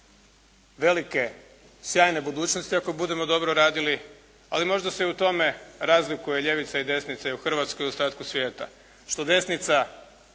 velike sjajne budućnosti, ako budemo dobro radili, ali možda se u tome razlikuje ljevica i desnica i u Hrvatskoj i u ostatku svijeta. Što desnica